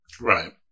Right